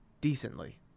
decently